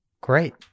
great